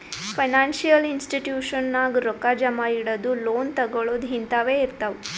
financial institution ನಾಗ್ ರೊಕ್ಕಾ ಜಮಾ ಇಡದು, ಲೋನ್ ತಗೋಳದ್ ಹಿಂತಾವೆ ಇರ್ತಾವ್